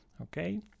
okay